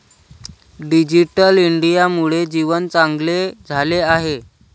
digital इंडियामुळे जीवन चांगले झाले आहे